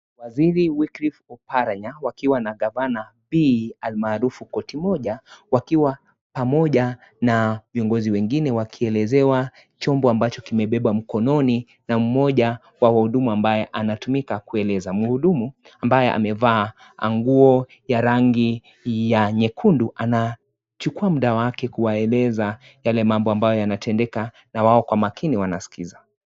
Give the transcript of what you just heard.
Waziri Wycliffe Oparanya, wakiwa na gavana B, almarufu Koti Moja, wakiwa pamoja na viongozi wengine wakielezewa chombo ambacho kimebebwa mkononi na mmoja wa wahudumu ambaye anatumika kueleza. Muhudumu ambaye amevaa nguo ya rangi ya nyekundu, anachukua mda wake kuwaeleza yale mambo ambayo anatendeka na wao kwa makini wanasikiza.